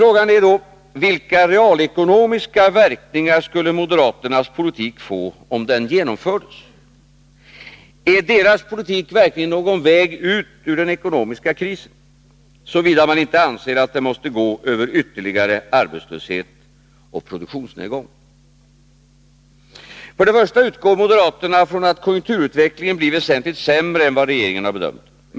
Frågan är vilka realekonomiska verkningar moderaternas politik skulle få om den genomfördes. Är deras politik verkligen någon väg ut ur den ekonomiska krisen, såvida man inte anser att den måste gå över ytterligare arbetslöshet och produktionsnedgång? Moderaterna utgår från att konjunkturutvecklingen blir väsentligt sämre än vad regeringen har bedömt att den skall bli.